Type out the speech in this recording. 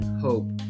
hope